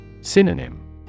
Synonym